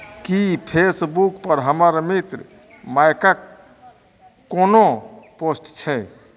की फेसबुकपर हमर मित्र माइकक कोनो पोस्ट छै